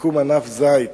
יקום ענף זית